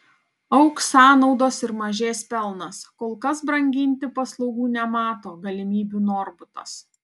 augs sąnaudos ir mažės pelnas kol kas branginti paslaugų nemato galimybių norbutas